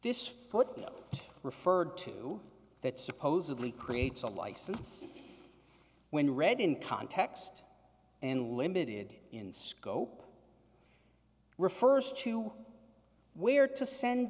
this footnote referred to that supposedly creates a license when read in context and limited in scope refers to where to send